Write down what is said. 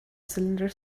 cylinder